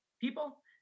people